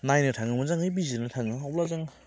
नायनो थाङो मोजाङै बिजिरनो थाङो अब्ला जों